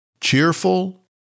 cheerful